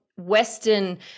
western